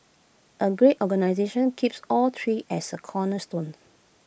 A great organisation keeps all three as cornerstones